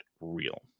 real